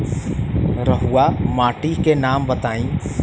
रहुआ माटी के नाम बताई?